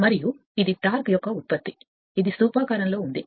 మరియు ఇది టార్క్ యొక్క ఉత్పత్తి ఇది స్థూపాకారంలో ఉంది